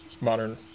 modern